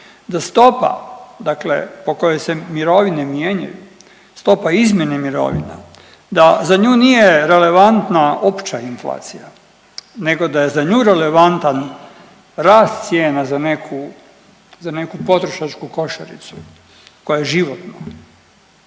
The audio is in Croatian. da stopa, dakle po kojoj se mirovine mijenjaju, stopa izmjene mirovina da za nju nije relevantna opća inflacija nego da je za nju relevantan rast cijena za neku, za neku potrošačku košaricu koja je životno